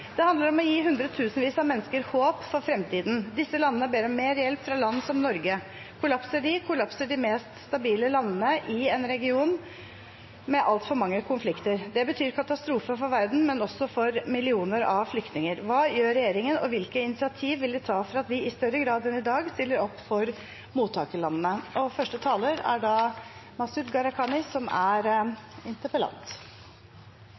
Det handler om å gi hundretusenvis av flyktninger håp for framtiden. Disse landene trenger hjelp. Vi snakker om land med store økonomiske utfordringer og lite naturressurser, og de ber om hjelp fra land som Norge. Kollapser de, kollapser de mest stabile landene i en region med altfor mange konflikter fra før. Det betyr katastrofe for verden og også for millioner av flyktninger. Hele Europa ble rystet av en migrasjonsbølge som kom som følge av at stabile land kollapset. Vi så alle i 2015 at den asyl- og